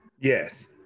yes